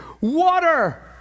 Water